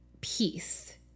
peace